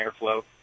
airflow